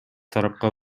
тарапка